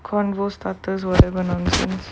conversation starters whatever nonsense